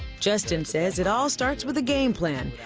justin says it all starts with a game plan.